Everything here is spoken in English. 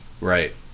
Right